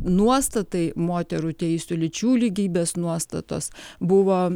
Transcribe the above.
nuostatai moterų teisių lyčių lygybės nuostatos buvo